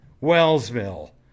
Wellsville